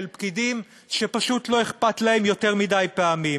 פקידים שפשוט לא אכפת להם יותר מדי פעמים.